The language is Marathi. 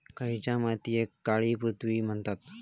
खयच्या मातीयेक काळी पृथ्वी म्हणतत?